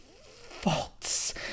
false